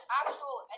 actual